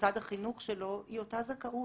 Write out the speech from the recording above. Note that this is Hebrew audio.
למוסד החינוך שלו היא אותה זכאות.